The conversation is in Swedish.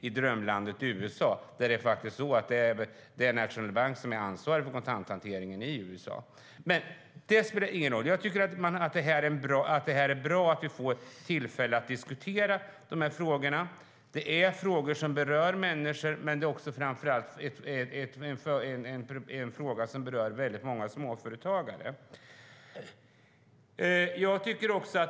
I drömlandet USA, till exempel, är det National Bank som är ansvarig för kontanthanteringen. Det är bra att vi får tillfälle att diskutera dessa frågor. Det är frågor som berör många människor och framför allt många småföretagare.